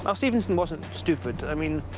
um stevenson wasn't stupid. i mean,